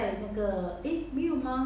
next time maybe got midnight shit